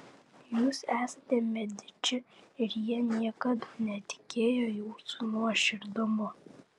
jūs esate mediči ir jie niekad netikėjo jūsų nuoširdumu